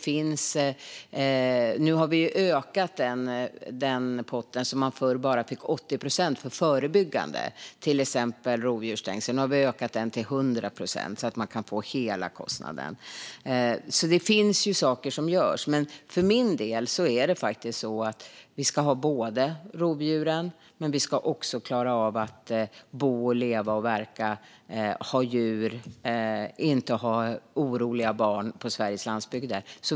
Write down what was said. Vi har nu ökat den pott där man förr bara fick 80 procent för förebyggande, till exempel rovdjursstängsel, till 100 procent så att man kan få hela kostnaden. Det finns alltså saker som görs. För min del är det så att vi ska ha rovdjuren, men vi ska också klara av att bo, leva, verka, ha djur och inte ha oroliga barn i Sveriges landsbygder.